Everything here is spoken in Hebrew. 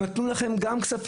נתנו לכם גם כסף